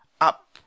up